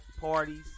parties